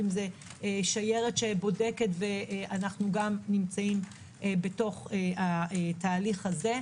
אם זה שיירת שבודקת ואנחנו גם נמצאים בתוך התהליך הזה.